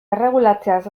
erregulatzeaz